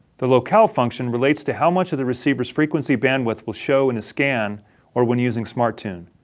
the locale function relates to how much of the receiver's frequency bandwidth will show in a scan or when using smarttune.